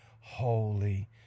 holy